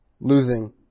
losing